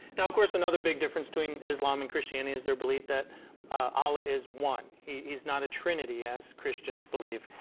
now of course another big difference between islam and christianity is their belief that allah is one, he is not a trinity as christians believe.